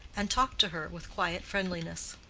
and talked to her with quiet friendliness.